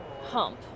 hump